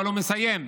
אבל הוא מסיים בכך: